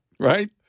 Right